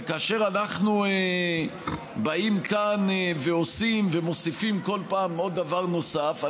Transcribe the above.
וכאשר אנחנו באים כאן ועושים ומוסיפים כל פעם עוד דבר נוסף,